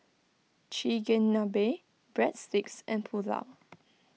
Chigenabe Breadsticks and Pulao